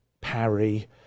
Parry